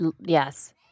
yes